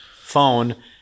phone